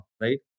right